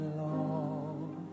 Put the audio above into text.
long